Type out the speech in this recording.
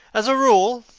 as a rule,